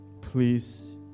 please